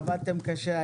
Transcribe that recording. עבדתם קשה,